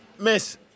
Miss